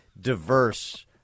diverse